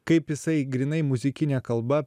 kaip jisai grynai muzikine kalba